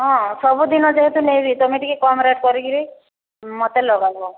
ହଁ ସବୁଦିନ ଯେହେତୁ ନେବି ତୁମେ ଟିକେ କମ୍ ରେଟ୍ କରି କିରି ମୋତେ ଲଗାଇବ